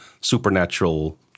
supernatural